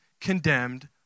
condemned